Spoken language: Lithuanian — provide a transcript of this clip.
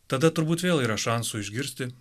tada turbūt vėl yra šansų išgirsti